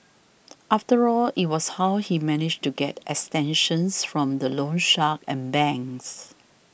after all it was how he managed to get extensions from the loan shark and banks